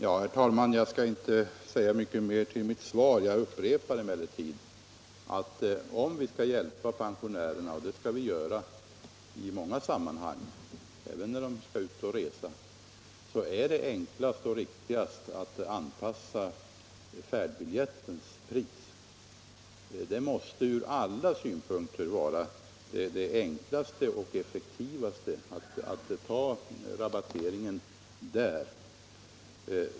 Herr talman! Jag skall inte säga mycket mer utöver mitt svar. Jag upprepar emellertid att om vi skall hjälpa pensionärerna — och det skall vi göra i många sammanhang, även när de skall ut och resa — är det enklast och riktigast att anpassa färdbiljettens pris. Det måste från alla synpunkter vara det enklaste och effektivaste att lägga rabatteringen där.